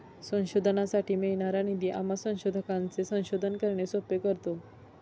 संशोधनासाठी मिळणारा निधी आम्हा संशोधकांचे संशोधन करणे सोपे करतो